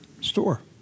store